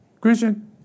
christian